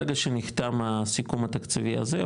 ברגע שנחתם הסיכום התקציבי הזה,